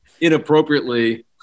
inappropriately